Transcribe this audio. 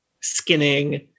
skinning